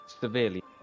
severely